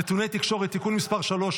נתוני תקשורת) (תיקון מס' 3),